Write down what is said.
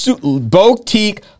boutique